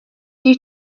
due